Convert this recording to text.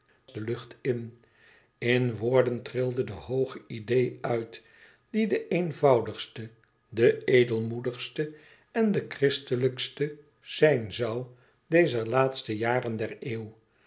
lucht in in woorden trilde de hooge idee uit die de eenvoudigste de edelmoedigste en de christelijkste zijn zoû dezer laatste jaren der eeuw